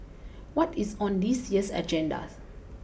what is on this year's agendas